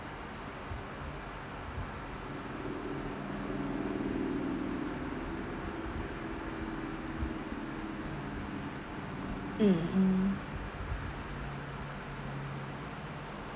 mm mm